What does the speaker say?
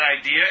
idea